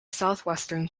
southwestern